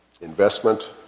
investment